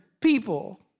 people